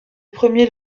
premier